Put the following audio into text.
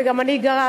וגם אני גרה,